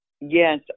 yes